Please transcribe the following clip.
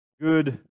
Good